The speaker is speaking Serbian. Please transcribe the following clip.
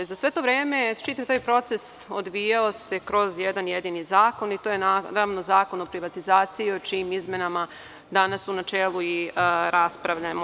Za sve to vreme čitav taj proces odvijao se kroz jedan jedini zakon, a to je Zakon o privatizaciji o čijim izmenama danas u načelu i raspravljamo.